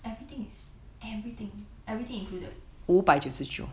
everything is everything everything included